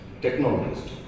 technologist